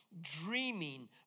dreaming